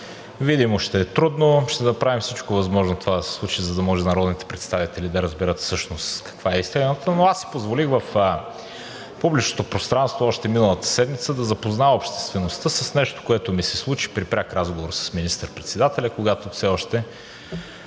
видимо ще е трудно, ще направим всичко възможно това да се случи, за да може народните представители да разберат всъщност каква е истината, но аз си позволих в публичното пространство още миналата седмица да запозная обществеността с нещо, което ми се случи при пряк разговор с министър-председателя, когато все още